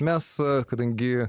mes kadangi